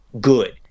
good